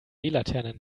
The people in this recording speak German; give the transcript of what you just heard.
laternen